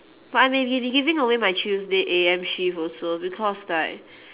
but I may be giving away my tuesday A_M shift also because like